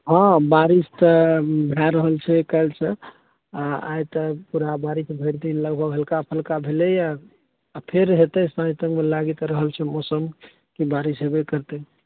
हँ बारिस तऽ भऽ रहल छै काल्हि सऽ आइ तऽ पूरा बारिश भरि दिन लगभग हल्का फलका भेलैया आ फेर हेतै साँझ तकमे लागि रहल छै मौसम कि बारिस हेबे करतै